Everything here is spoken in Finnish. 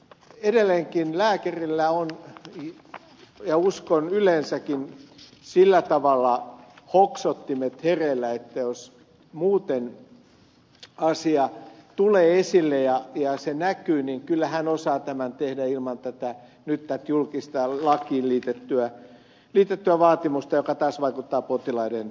edelleenkin lääkärillä on ja uskoakseni yleensäkin sillä tavalla hoksottimet hereillä että jos muuten asia tulee esille ja se näkyy niin kyllä hän osaa tämän tehdä ilman tätä julkista lakiin liitettyä vaatimusta joka taas vaikuttaa potilaiden asennoitumiseen